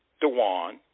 Dewan